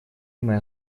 моя